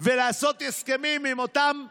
ולעשות הסכמים עם אותן מדינות.